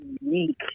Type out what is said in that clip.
unique